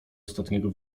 ostatniego